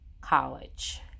college